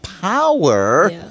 Power